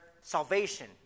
salvation